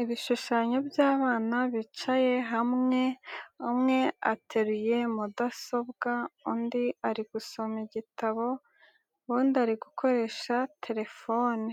Ibishushanyo by'abana bicaye hamwe, umwe ateruye mudasobwa, undi ari gusoma igitabo, undi ari gukoresha telefone